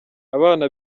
abana